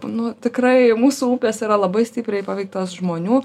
nu tikrai mūsų upės yra labai stipriai paveiktos žmonių